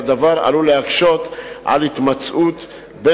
והדבר עלול להקשות על התמצאות של,